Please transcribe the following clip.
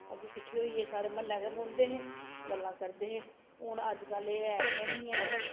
अग्गें किट्ठे होइयै सारे म्हल्लै गै बौंह्दे हे गल्लां करदे हे हून अज्जकल एह् है गै नेईं ऐ